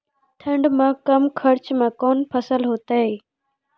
ठंड मे कम खर्च मे कौन फसल होते हैं?